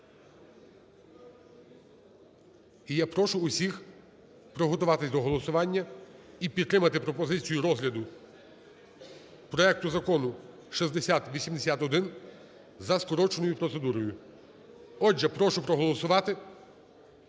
І я прошу всіх приготуватися до голосування і підтримати пропозицію розгляду проекту Закону 6081 за скороченою процедурою. Отже, прошу проголосувати